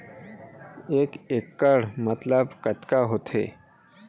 एक इक्कड़ मतलब कतका होथे?